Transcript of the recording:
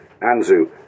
Anzu